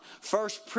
First